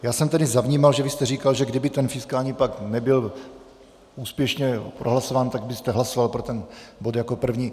Já jsem tedy zavnímal, že jste říkal, že kdyby ten fiskální pakt nebyl úspěšně prohlasován, tak byste hlasoval pro ten bod jako první.